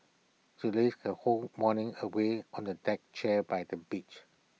she lazed her whole morning away on A deck chair by the beach